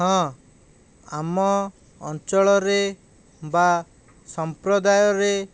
ହଁ ଆମ ଅଞ୍ଚଳରେ ବା ସମ୍ପ୍ରଦାୟରେ